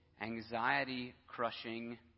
anxiety-crushing